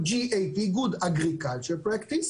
GAP - Good Agricultural Practices